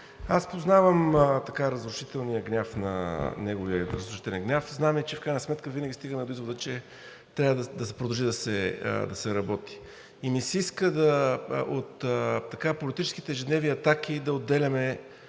Аз познавам така разрушителния гняв, неговия разрушителен гняв, и знам, че в крайна сметка винаги стигаме до извода, че трябва да се продължи да се работи. И ми се иска от политическите ежедневни атаки да отделяме